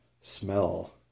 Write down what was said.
smell